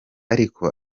ariko